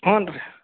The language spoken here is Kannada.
ಹ್ಞೂ ರೀ